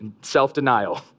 self-denial